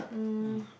um